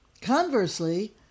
Conversely